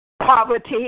Poverty